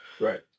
Right